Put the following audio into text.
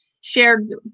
shared